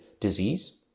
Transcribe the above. Disease